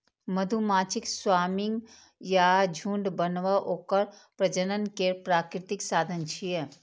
मधुमाछीक स्वार्मिंग या झुंड बनब ओकर प्रजनन केर प्राकृतिक साधन छियै